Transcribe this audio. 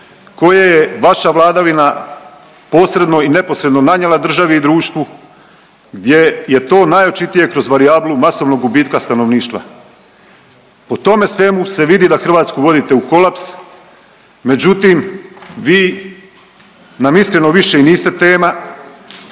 koje je vaša vladavina posredno i neposredno nanijela državi i društvu gdje je to najočitije kroz varijablu masovnog gubitka stanovništva. Po tome svemu se vidi da Hrvatsku vodite u kolaps, međutim vi nam iskreno više i niste tema